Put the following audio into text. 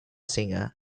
singer